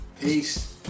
peace